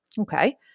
Okay